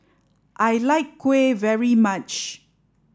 I like kuih very much